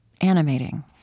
animating